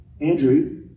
Andrew